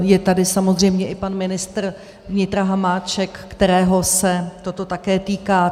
Je tady samozřejmě i pan ministr vnitra Hamáček, kterého se toto také týká.